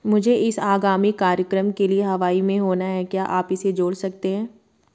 मुझे इस आगामी कार्यक्रम के लिए हवाई में होना है क्या आप इसे जोड़ सकते हैं